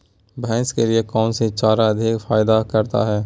भैंस के लिए कौन सी चारा अधिक फायदा करता है?